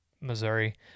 Missouri